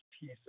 piece